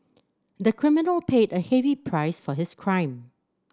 the criminal paid a heavy price for his crime